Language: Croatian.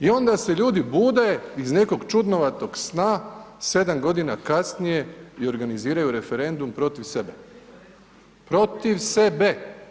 i onda se ljudi bude iz nekog čudnovatog sna, 7 godina kasnije i organiziraju referendum protiv sebe, protiv sebe.